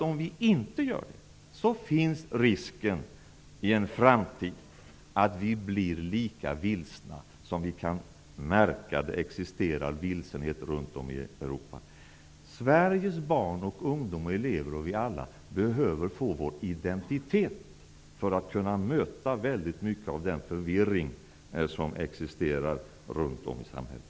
Om vi inte gör det, tror jag att risken finns att vi i framtiden blir litet vilsna -- något som vi kan märka ute i Europa. Sveriges barn och ungdomar, elever och vi alla behöver få identitet för att kunna möta den förvirring som existerar runt om i samhället.